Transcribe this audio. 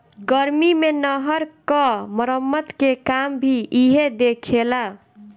गर्मी मे नहर क मरम्मत के काम भी इहे देखेला